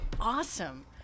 awesome